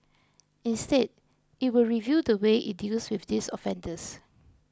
instead it will review the way it deals with these offenders